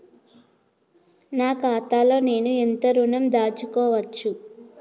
నా ఖాతాలో నేను ఎంత ఋణం దాచుకోవచ్చు?